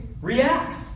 reacts